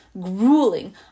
grueling